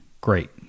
Great